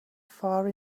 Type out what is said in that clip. far